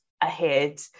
ahead